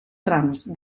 trams